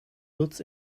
lutz